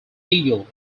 eagle